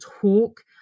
talk